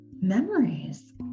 memories